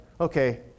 Okay